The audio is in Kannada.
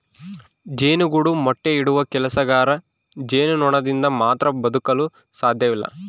ಜೇನುಗೂಡು ಮೊಟ್ಟೆ ಇಡುವ ಕೆಲಸಗಾರ ಜೇನುನೊಣದಿಂದ ಮಾತ್ರ ಬದುಕಲು ಸಾಧ್ಯವಿಲ್ಲ